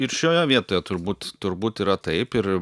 ir šioje vietoje turbūt turbūt yra taip ir